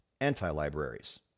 anti-libraries